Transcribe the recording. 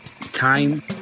time